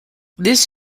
this